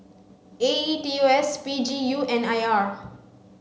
A E T O S P G U and R